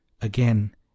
again